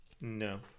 No